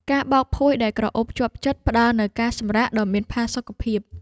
ការបោកភួយដែលក្រអូបជាប់ចិត្ត ផ្តល់នូវការសម្រាកដ៏មានផាសុកភាព។